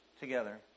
together